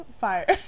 fire